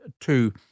two